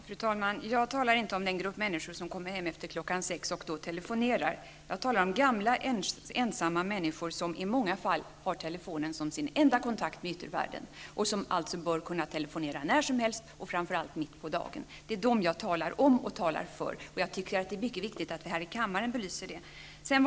Fru talman! Jag talar inte om den grupp människor som kommer hem efter kl. 18.00 och då telefonerar. Jag talar om gamla, ensamma människor som i många fall har telefonen som sin enda kontakt med yttervärlden och som alltså bör kunna telefonera när som helst och framför allt mitt på dagen. Det är dem jag talar om och talar för. Jag tycker att det är mycket viktigt att vi här i kammaren belyser detta.